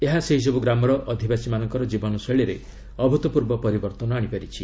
ଏହା ସେହିସବୁ ଗ୍ରାମର ଅଧିବାସୀମାନଙ୍କ ଜୀବନଶୈଳୀରେ ଅଭ୍ରତ୍ପର୍ବ ପରିବର୍ଭନ ଆଣିଛି